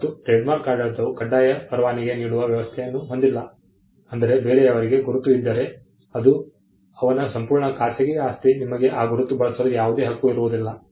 ಮತ್ತು ಟ್ರೇಡ್ಮಾರ್ಕ್ ಆಡಳಿತವು ಕಡ್ಡಾಯ ಪರವಾನಗಿ ನೀಡುವ ವ್ಯವಸ್ಥೆಯನ್ನು ಹೊಂದಿಲ್ಲ ಅಂದರೆ ಬೇರೆಯವರಿಗೆ ಗುರುತು ಇದ್ದರೆ ಅದು ಅವನ ಸಂಪೂರ್ಣ ಖಾಸಗಿ ಆಸ್ತಿ ನಿಮಗೆ ಆ ಗುರುತು ಬಳಸಲು ಯಾವುದೇ ಹಕ್ಕು ಇರುವುದಿಲ್ಲ